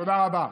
תודה רבה.